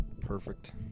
Perfect